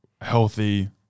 healthy